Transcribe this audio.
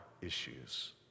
issues